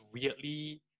weirdly